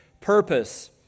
purpose